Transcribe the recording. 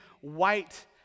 white